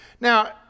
now